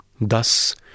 Thus